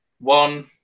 One